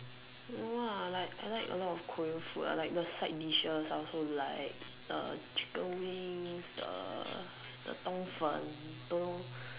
no ah like I like a lot of Korean food ah like the side dishes I also like uh chicken wings the the 冬粉